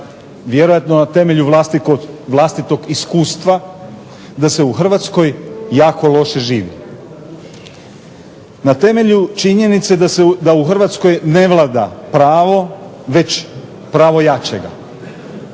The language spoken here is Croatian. Vjerojatno na temelju vlastitog iskustva da se u Hrvatskoj jako loše živi. Na temelju činjenice da u Hrvatskoj ne vlada pravo, već pravo jačega,